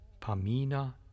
Pamina